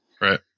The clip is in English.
Right